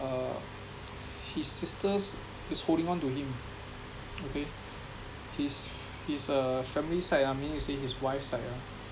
uh his sisters is holding on to him okay his his uh family side ah meaning to say his wife side ah